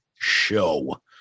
show